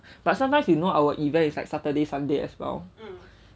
but sometimes you know our event is like saturday sunday as well